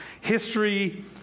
history